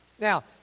Now